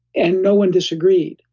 and no one disagreed.